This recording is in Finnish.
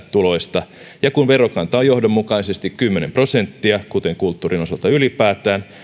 tuloista ja kun verokanta on johdonmukaisesti kymmenen prosenttia kuten kulttuurin osalta ylipäätään voidaan